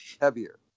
heavier